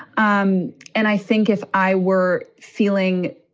um and i think if i were feeling.